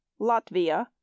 Latvia